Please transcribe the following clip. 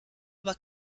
aber